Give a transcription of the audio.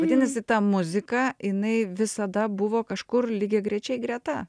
vadinasi ta muzika jinai visada buvo kažkur lygiagrečiai greta